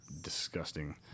disgusting